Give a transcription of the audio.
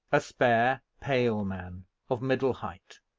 a spare, pale man, of middle height,